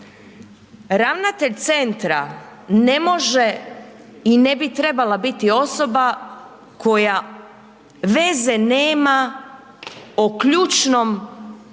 Ravnatelj centra ne može i ne bi trebala biti osoba koja veze nema o ključnom poslu